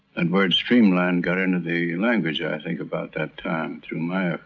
and word streamlined got into the language i think about that time through my